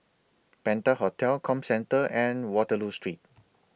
Penta Hotel Comcentre and Waterloo Street